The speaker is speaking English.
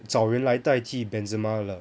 找人来代替 benzema 了